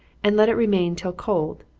and let it remain till cold,